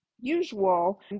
usual